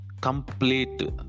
complete